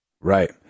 Right